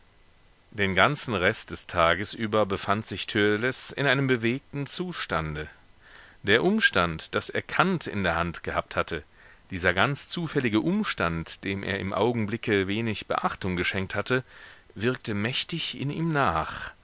den ganzen rest des tages über befand sich törleß in einem bewegten zustande der umstand daß er kant in der hand gehabt hatte dieser ganz zufällige umstand dem er im augenblicke wenig beachtung geschenkt hatte wirkte mächtig in ihm nach